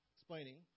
explaining